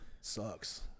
Sucks